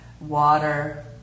water